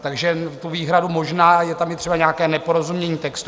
Takže tu výhradu, možná je tam i nějaké neporozumění textu...